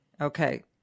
Okay